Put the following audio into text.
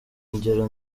ingero